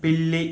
పిల్లి